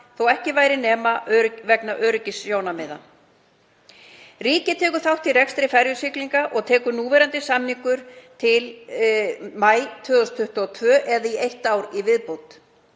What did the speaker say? þótt ekki væri nema vegna öryggissjónarmiða. Ríkið tekur þátt í rekstri ferjusiglinga og tekur núverandi samningur til maí 2022 eða í eitt ár í viðbót.